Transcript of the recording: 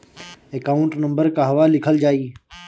Account number कहवा लिखल जाइ?